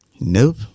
Nope